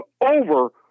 over